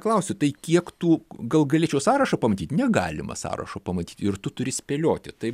klausi tai kiek tų gal galėčiau sąrašą pamatyt negalima sąrašo pamatyt ir tu turi spėlioti tai